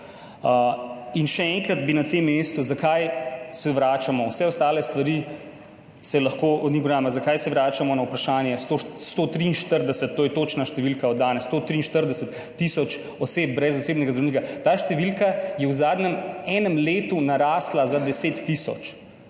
In še enkrat bi na tem mestu povedal, zakaj se vračamo, o vseh ostalih stvareh se lahko pogovarjamo, ampak zakaj se vračamo na vprašanje 143, to je točna številka od danes, 143 tisoč oseb brez osebnega zdravnika. Ta številka je v zadnjem letu, v enem letu, narasla za 10 tisoč.